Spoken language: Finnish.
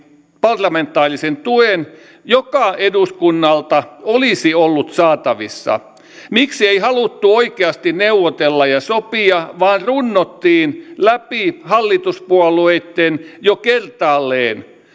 parlamentaarisen tuen joka eduskunnalta olisi ollut saatavissa miksi ei haluttu oikeasti neuvotella ja sopia vaan runnottiin läpi hallituspuolueitten jo kertaalleen